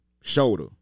shoulder